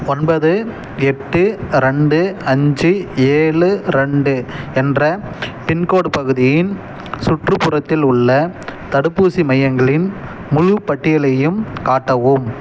ஒன்பது எட்டு ரெண்டு அஞ்சு ஏழு ரெண்டு என்ற பின்கோடு பகுதியின் சுற்றுப்புறத்தில் உள்ள தடுப்பூசி மையங்களின் முழுப் பட்டியலையும் காட்டவும்